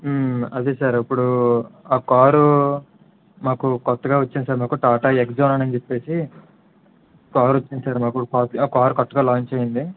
అది సార్ ఇప్పుడు ఆ కార్ మాకు కొత్తగా వచ్చింది సార్ మాకు టాటా నెక్సాన్ అని చెప్పేసి కార్ వచ్చింది సార్ మాకు ఆ కారు కొత్తగా లాంచ్ అయ్యింది